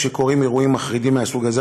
כשקורים אירועים מחרידים מהסוג הזה,